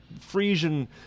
Frisian